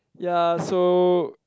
ya so